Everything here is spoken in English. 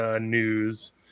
news